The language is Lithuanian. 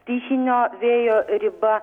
stichinio vėjo riba